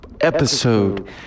episode